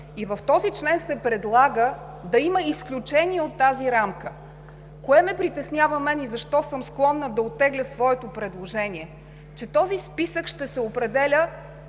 В този член се предлага да има изключение от тази рамка. Кое ме притеснява и защо съм склонна да оттегля своето предложение? Този списък ще се определя